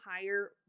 higher